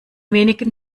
wenigen